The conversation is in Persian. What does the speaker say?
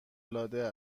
العاده